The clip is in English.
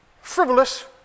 frivolous